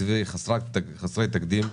תקציבים חסרי תקדים,